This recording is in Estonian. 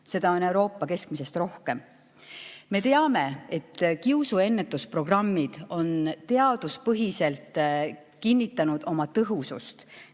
Seda on Euroopa keskmisest rohkem. Me teame, et kiusuennetusprogrammid on teaduspõhiselt kinnitanud oma tõhusust.